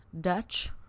Dutch